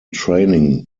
training